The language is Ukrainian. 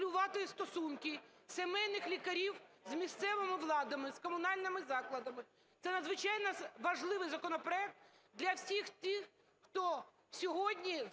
Дякую.